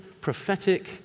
prophetic